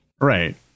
Right